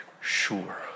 sure